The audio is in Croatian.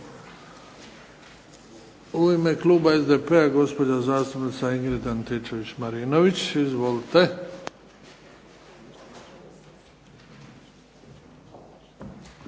U ime kluba SDP-a gospođa zastupnica Ingrid Antičević-Marinović. Izvolite.